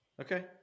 Okay